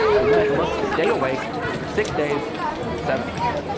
gilgamesh must stay awake for six days and seven nights.